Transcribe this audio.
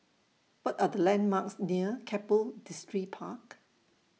What Are The landmarks near Keppel Distripark